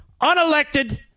unelected